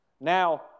now